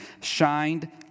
shined